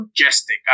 majestic